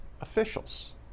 officials